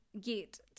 get